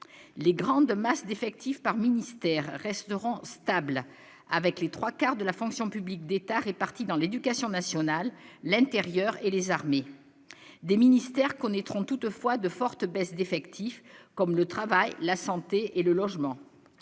les grandes masses d'effectifs par ministère resteront stables avec les 3 quarts de la fonction publique d'État, répartis dans l'éducation nationale, l'intérieur et les armées des ministères connaîtront toutefois de fortes baisses d'effectifs, comme le travail, la santé et le logement,